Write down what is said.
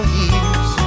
years